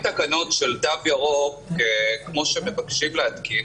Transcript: תקנות של תו ירוק כמו שמבקשים להתקין,